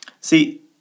See